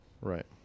right